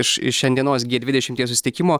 iš šiandienos gie dvidešimties susitikimo